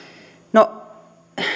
no